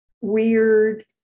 weird